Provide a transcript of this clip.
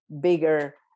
bigger